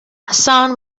hasan